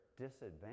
disadvantage